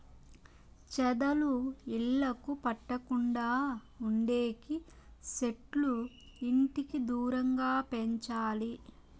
చెదలు ఇళ్లకు పట్టకుండా ఉండేకి సెట్లు ఇంటికి దూరంగా పెంచాలి